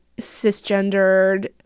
cisgendered